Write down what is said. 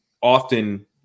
often